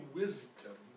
wisdom